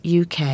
UK